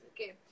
okay